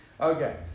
Okay